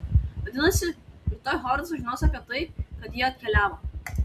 vadinasi rytoj hovardas sužinos apie tai kad ji atkeliavo